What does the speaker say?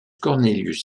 cornelius